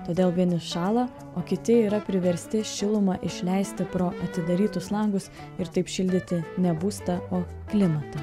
todėl vieni šąla o kiti yra priversti šilumą išleisti pro atidarytus langus ir taip šildyti ne būstą o klimatą